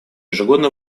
ежегодно